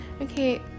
okay